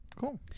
Cool